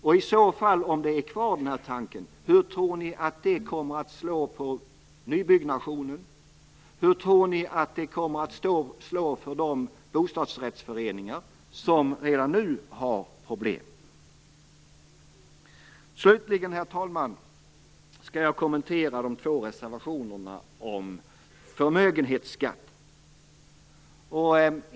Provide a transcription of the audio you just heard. Om denna tanke är kvar, hur tror ni då att det kommer att slå mot nybyggnation? Hur tror ni att det kommer att slå för de bostadsrättsföreningar som redan nu har problem? Slutligen, herr talman, skall jag kommentera de två reservationerna om förmögenhetsskatten.